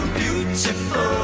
beautiful